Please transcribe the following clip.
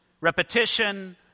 repetition